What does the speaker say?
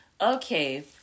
Okay